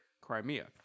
crimea